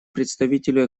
представителю